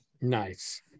Nice